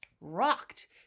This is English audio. rocked